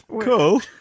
Cool